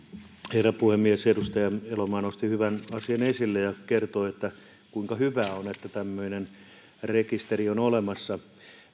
herra puhemies edustaja elomaa nosti hyvän asian esille ja kertoi kuinka hyvä on että tämmöinen rekisteri on olemassa